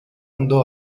andò